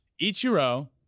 Ichiro